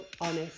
honest